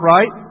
Right